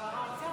שר האוצר.